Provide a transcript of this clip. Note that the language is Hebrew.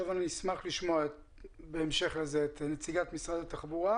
בהמשך לזה אני אשמח לשמוע את נציגת משרד התחבורה.